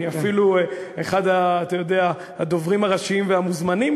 אני אפילו אחד הדוברים הראשיים והמוזמנים,